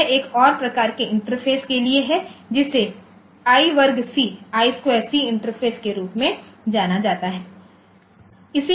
तो यह एक और प्रकार के इंटरफ़ेस के लिए है जिसे I वर्ग C इंटरफ़ेस के रूप में जाना जाता है